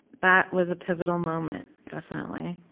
that was a pivotal moment, definitely.